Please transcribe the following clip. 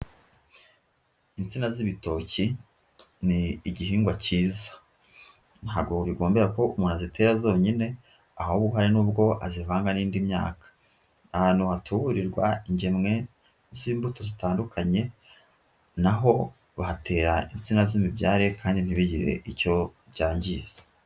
Insina z'ibitoki ni igihingwa cyiza, ntabwo bigombera ko umuntu azitera zonyine ahubwo hari n'ubwo azivanga n'indi myaka, ahantu hatuburirwa ingemwe z'imbuto zitandukanye naho bahatera insina z'imibyare kandi ntibigire icyo byangiza.